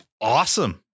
Awesome